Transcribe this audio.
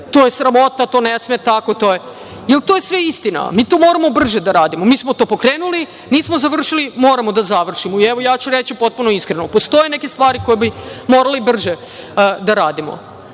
to je sramota, to ne sme tako. To je sve istina. Mi to moramo brže da radimo. Mi smo to pokrenuli. Nismo završili, moramo da završimo. Evo, ja ću reći potpuno iskreno. Postoje neke stvari koje bi morali brže da radimo,